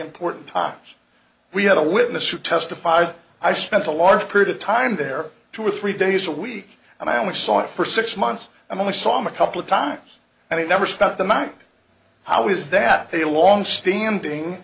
important times we had a witness who testified i spent a large period of time there two or three days a week and i only saw it for six months and only saw him a couple of times and he never spent the money how is that a longstanding